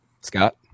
Scott